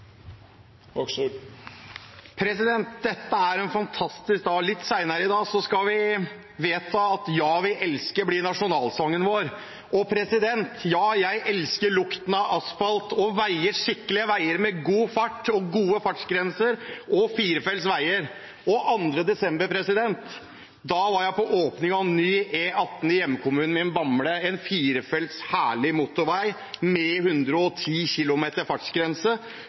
samferdselsbudsjett. Dette er en fantastisk dag. Litt senere i dag skal vi vedta at «Ja, vi elsker» skal være nasjonalsangen vår, og ja, jeg elsker lukten av asfalt og veier, skikkelige veier med god fart, gode fartsgrenser, og fire felt. Den 2. desember var jeg på åpningen av ny E18 i hjemkommunen min, Bamble, en herlig firefelts motorvei med 110 km fartsgrense,